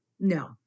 no